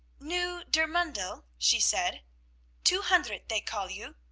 new der mundel, she said two hundert they call you.